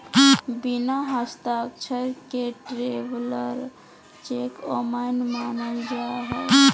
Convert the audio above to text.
बिना हस्ताक्षर के ट्रैवलर चेक अमान्य मानल जा हय